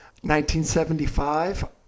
1975